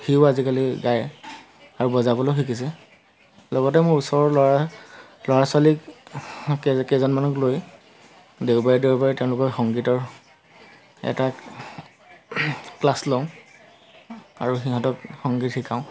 সিও আজিকালি গায় আৰু বজাবলৈও শিকিছে লগতে মোৰ ওচৰৰ ল'ৰা ল'ৰা ছোৱালীক কেইজ কেইজনমানক লৈ দেওবাৰে দেওবাৰে তেওঁলোকৰ সংগীতৰ এটা ক্লাছ লওঁ আৰু সিহঁতক সংগীত শিকাওঁ